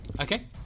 Okay